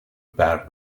برق